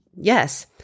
yes